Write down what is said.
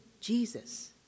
Jesus